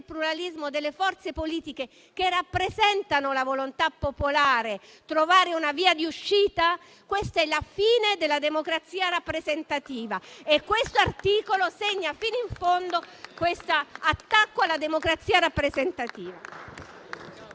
pluralismo delle forze politiche che rappresentano la volontà popolare, trovare una via di uscita? Questa è la fine della democrazia rappresentativa e l'articolo 3 segna fino in fondo questo attacco alla democrazia rappresentativa.